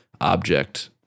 object